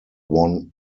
won